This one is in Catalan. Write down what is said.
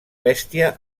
bèstia